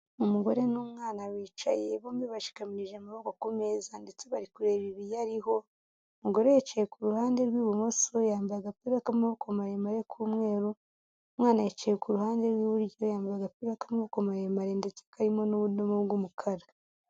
Umugore n'umwana bicaye bombi bashikamirije amaboko ku meza, ndetse bari kureba ibiyariho, umugore yicaye ku ruhande rw'ibumoso yambaye agapira k'amaboko maremare k'umweru, umwana yicaye ku ruhande rw'iburyo yambaye agapira k'amaboko maremare ndetse karimo n'ubudodo bw'umukara.